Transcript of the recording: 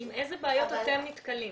עם איזה בעיות אתם נתקלים?